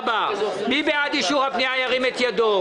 מי בעד אישור פנייה 133, ירים את ידו?